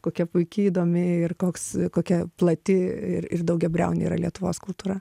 kokia puiki įdomi ir koks kokia plati ir ir daugiabriaunė yra lietuvos kultūra